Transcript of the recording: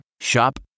Shop